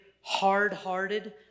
hard-hearted